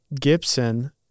Gibson